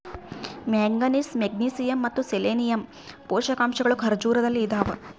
manganese magnesium ಮತ್ತು selenium ಪೋಷಕಾಂಶಗಳು ಖರ್ಜೂರದಲ್ಲಿ ಇದಾವ